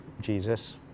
Jesus